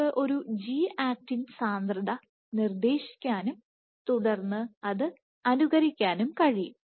നിങ്ങൾക്ക് ഒരു G actin സാന്ദ്രത നിർദ്ദേശിക്കാനും തുടർന്ന് അനുകരിക്കാനും കഴിയും